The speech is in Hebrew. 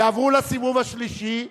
יעברו לסיבוב השלישי,